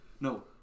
no